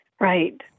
right